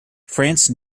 france